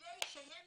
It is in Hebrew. כדי שהם